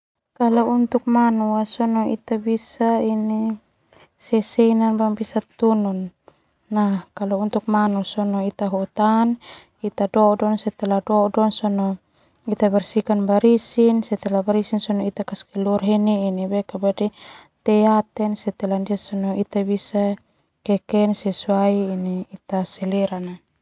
Manu sona ita bisa sesena boema bisa tunu.